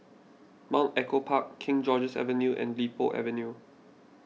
Mount Echo Park King George's Avenue and Li Po Avenue